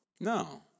No